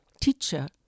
teacher